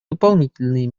дополнительные